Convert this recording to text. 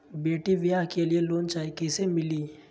बेटी ब्याह के लिए लोन चाही, कैसे मिली?